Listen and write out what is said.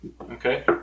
Okay